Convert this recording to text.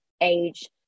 age